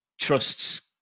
trusts